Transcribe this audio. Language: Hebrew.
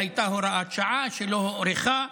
הייתה הוראת שעה שלא הוארכה,